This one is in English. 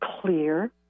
clear